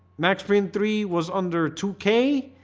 max payne three was under two k,